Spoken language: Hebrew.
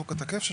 בחוק התקף,